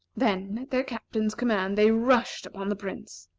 then, at their captain's command, they rushed upon the prince.